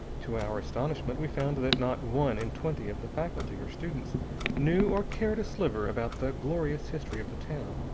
to our astonishment, we found that not one in twenty of the faculty or students knew or cared a sliver about the glorious history of the town,